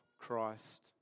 Christ